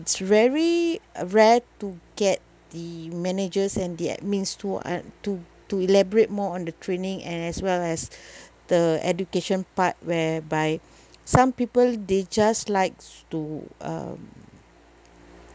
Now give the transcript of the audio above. very rare to get the managers and the admins to un~ to to elaborate more on the training and as well as the education part whereby some people they just likes to um